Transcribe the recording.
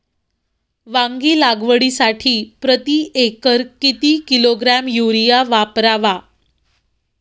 वांगी लागवडीसाठी प्रती एकर किती किलोग्रॅम युरिया वापरावा?